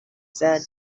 said